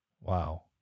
Wow